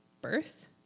birth